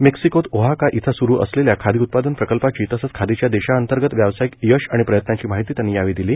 मेक्सिकोत ओहाका इथं सुरु असलेल्या खादी उत्पादन प्रकल्पाची तसंच खादीच्या देशांतर्गत व्यावसायिक यश आणि प्रयत्नांची माहिती त्यांनी यावेळी दिली